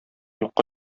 юкка